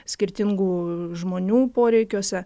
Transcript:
skirtingų žmonių poreikiuose